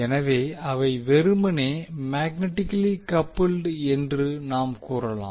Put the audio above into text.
எனவே அவை வெறுமனே மேக்னட்டிகலி கப்புல்ட் என்று நாம் கூறலாம்